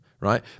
right